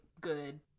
good